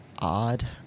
Odd